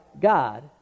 God